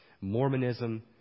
Mormonism